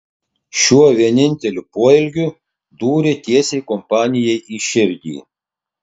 šiuo vieninteliu poelgiu dūrė tiesiai kompanijai į širdį